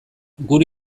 gure